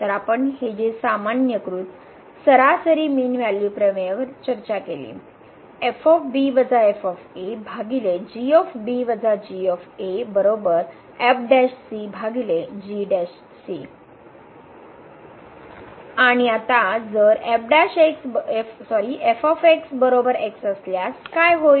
तर आपण ही जे सामान्यीकृत सरासरी मीन व्हॅल्यू प्रमेयचर्चा केली आणि आता जर f x असल्यास काय होईल